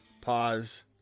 pause